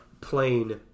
plain